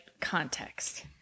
context